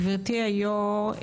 גברתי היו"ר,